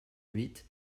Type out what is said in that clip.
huit